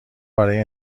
برای